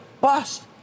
bust